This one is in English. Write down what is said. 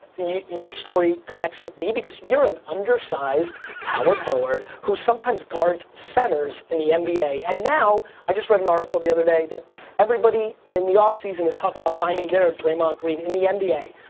your story connects with me because you're an undersized, power forward who sometimes guards centers in the nba and now, i just read an article the other day that everybody in the off-season is talking about finding their draymond green in the nba.